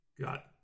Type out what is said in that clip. got